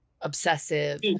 obsessive